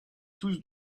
tous